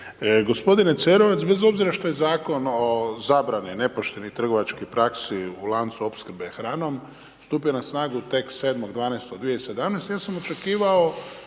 Gospodine Cerovac, bez obzira što je Zakon o zabrani nepoštenih trgovačkih praksi u lancu opskrbe hranom stupio na snagu tek 7.12.2017., ja sam očekivao